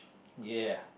ya